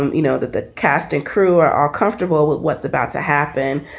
um you know, that the cast and crew are are comfortable with what's about to happen.